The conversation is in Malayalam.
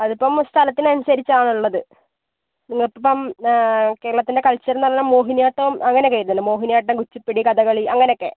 അതിപ്പം സ്ഥലത്തിനനുസരിച്ചാണുള്ളത് ഇങ്ങോട്ടിപ്പം കേരളത്തിൻ്റെ കൾച്ചറെന്ന് പറഞ്ഞാൽ മോഹിനിയാട്ടം അങ്ങനൊക്കെ വരുന്നുണ്ട് മോഹിനിയാട്ടം കുച്ചിപ്പുടി കഥകളി അങ്ങനൊക്കെ